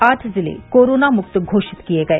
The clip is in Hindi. आठ जिले कोरोना मुक्त घोषित किए गए